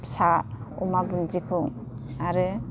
फिसा अमा बुन्दिखौ आरो